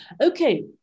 Okay